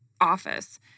office